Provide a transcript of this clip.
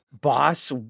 boss